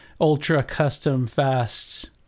ultra-custom-fast